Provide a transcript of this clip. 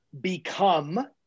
become